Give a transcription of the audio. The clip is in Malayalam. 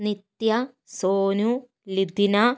നിത്യ സോനു ലിഥിന